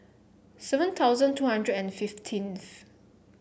seven thousand two hundred and fifteenth